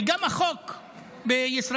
גם החוק בישראל,